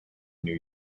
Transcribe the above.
new